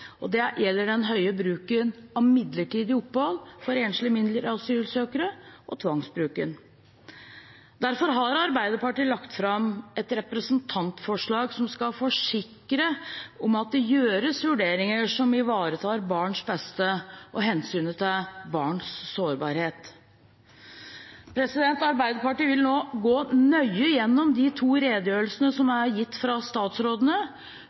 og det gjelder den høye bruken av midlertidig opphold for enslige mindreårige asylsøkere og tvangsbruken. Derfor har Arbeiderpartiet lagt fram et representantforslag som skal forsikre om at det gjøres vurderinger som ivaretar barns beste og hensynet til barns sårbarhet. Arbeiderpartiet vil nå gå nøye gjennom de to redegjørelsene som er gitt fra statsrådene,